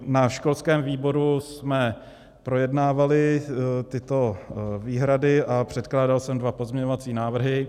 Na školském výboru jsme projednávali tyto výhrady a předkládal jsem dva pozměňovací návrhy.